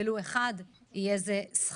ולו אחד, יהיה זה שכרנו.